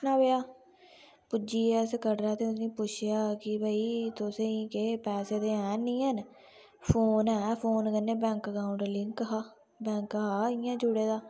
पुज्जियै कटरै ते उस्सी पुच्छेआ कि भाई पैसे ते ऐ नेईं ऐ न फोन ऐ ते फोन कन्नै बैंक अकाऊंट लिंक हा बैंक हा इ'यां जुड़े दा